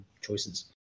choices